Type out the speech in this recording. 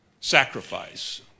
sacrifice